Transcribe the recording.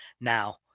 Now